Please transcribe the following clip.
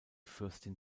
fürstin